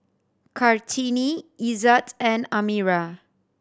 Kartini Izzat and Amirah